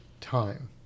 time